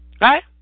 Right